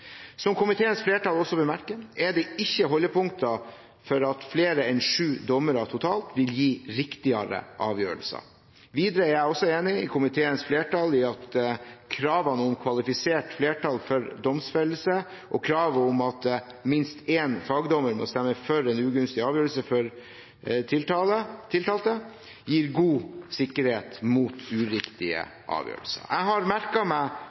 Som komiteens flertall også vil merke, er det ikke holdepunkter for at flere enn sju dommere totalt vil gi riktigere avgjørelser. Videre er jeg også enig med komiteens flertall i at kravene om kvalifisert flertall for domfellelse og kravet om at minst én fagdommer må stemme for en ugunstig avgjørelse for tiltalte, gir god sikkerhet mot uriktige avgjørelser. Jeg har merket meg